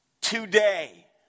Today